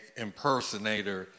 impersonator